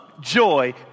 joy